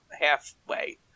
halfway